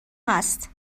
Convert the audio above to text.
هست